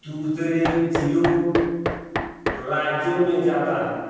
दूसरे जिलों राज्यों में जाता है